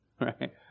right